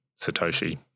Satoshi